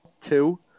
Two